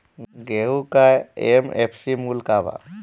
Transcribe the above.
गेहू का एम.एफ.सी मूल्य का बा?